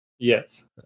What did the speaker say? Yes